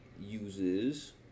uses